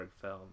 film